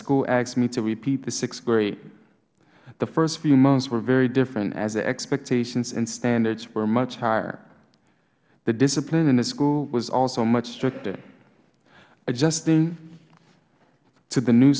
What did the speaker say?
school asked me to repeat the sixth grade the first few months were very different as the expectations and standards were much higher the discipline in the school was also much stricter adjusting to the new